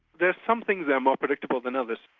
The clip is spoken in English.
there's some things that are more predictable than others.